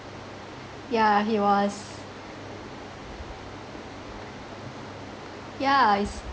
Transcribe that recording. yeah he was yeah it's